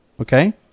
okay